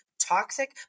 toxic